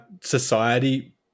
society